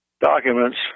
documents